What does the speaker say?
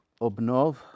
obnov